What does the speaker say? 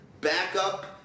backup